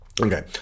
Okay